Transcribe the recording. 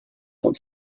vom